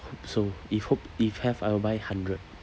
hope so if hope if have I will buy hundred